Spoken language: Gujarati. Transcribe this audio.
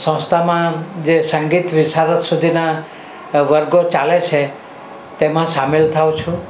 સંસ્થામાં જે સંગીત વિશારદ સુધીના વર્ગો ચાલે છે તેમાં સામેલ થાઉં છું